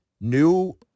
new